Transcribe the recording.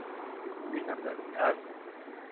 नहीं समझा नहीं यार